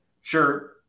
sure